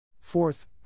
Fourth